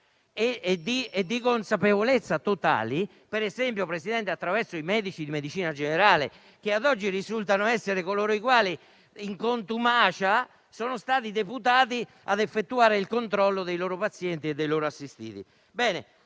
e di consapevolezza totali, per esempio attraverso i medici di medicina generale che, ad oggi, risultano essere coloro i quali in contumacia sono stati deputati ad effettuare il controllo dei loro pazienti e dei loro assistiti.